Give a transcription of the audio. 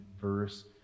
verse